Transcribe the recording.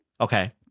Okay